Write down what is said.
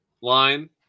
line